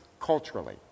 culturally